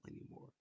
anymore